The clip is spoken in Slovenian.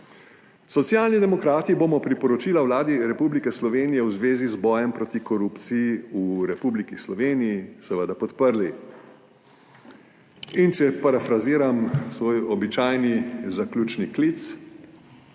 Socialni demokrati bomo priporočila Vladi Republike Slovenije v zvezi z bojem proti korupciji v Republiki Sloveniji seveda podprli. In če parafraziram svoj običajni zaključni klic,